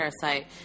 parasite